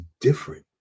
different